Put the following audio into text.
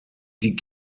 die